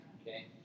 Okay